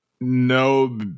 No